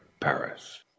Paris